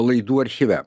laidų archyve